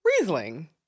Riesling